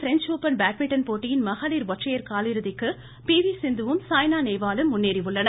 French Open badminton போட்டியின் மகளிர் ஒற்றையர் காலிறுதிக்கு பி வி சிந்துவும் சாய்னா நேவாலும் முன்னேறியுள்ளனர்